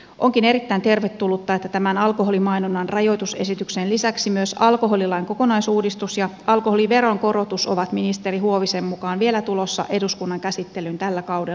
onkin erittäin tervetullutta että tämän alkoholimainonnan rajoitusesityksen lisäksi myös alkoholilain kokonaisuudistus ja alkoholiveron korotus ovat ministeri huovisen mukaan tulossa eduskunnan käsittelyyn vielä tällä kaudella